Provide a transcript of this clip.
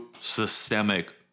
systemic